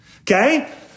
Okay